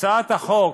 הצעת החוק